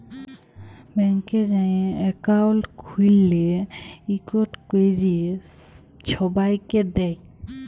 ব্যাংকে যাঁয়ে একাউল্ট খ্যুইলে ইকট ক্যরে ছবাইকে দেয়